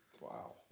Wow